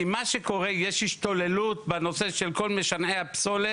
כי מה שקורה הוא שיש השתוללות בנושא של כל משנעי הפסולת,